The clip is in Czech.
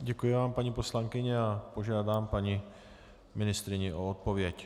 Děkuji vám, paní poslankyně, a požádám paní ministryni o odpověď.